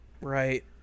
Right